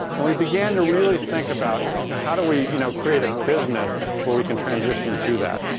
and we began to really think about, you know, how do we you know create a business where we can transition to that.